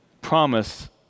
promise